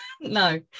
No